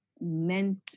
meant